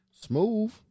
Smooth